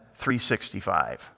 365